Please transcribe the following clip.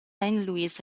louis